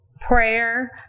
prayer